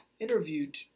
interviewed